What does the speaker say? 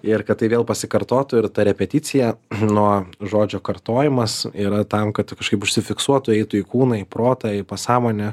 ir kad tai vėl pasikartotų ir ta repeticija nuo žodžio kartojimas yra tam kad kažkaip užsifiksuotų eitų į kūną į protą į pasąmonę